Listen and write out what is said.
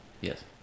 yes